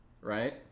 right